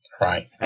right